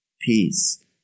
peace